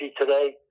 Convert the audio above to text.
today